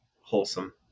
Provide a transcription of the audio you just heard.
wholesome